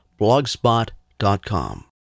blogspot.com